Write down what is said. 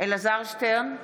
אלעזר שטרן,